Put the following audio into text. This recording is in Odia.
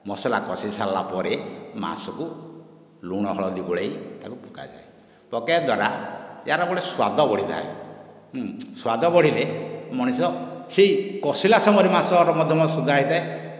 ମସଲା କଷେଇ ସାରିଲା ପରେ ମାଂସକୁ ଲୁଣ ହଳଦୀ ଗୋଳେଇ ତାକୁ ପକାଯାଏ ପକେଇବା ଦ୍ୱାରା ୟାର ଗୋଟିଏ ସ୍ୱାଦ ବଢ଼ିଥାଏ ସ୍ୱାଦ ବଢ଼ିଲେ ମଣିଷ ସେଇ କଷିଲା ସମୟରେ ମାଂସ ମଧ୍ୟ ସୁଂଗା ହୋଇଥାଏ